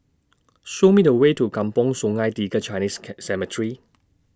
Show Me The Way to Kampong Sungai Tiga Chinese Cemetery